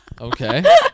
Okay